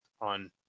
on